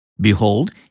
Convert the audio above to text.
Behold